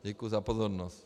Děkuji za pozornost.